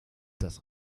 das